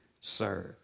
serve